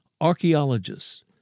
archaeologists